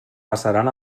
passaran